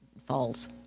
falls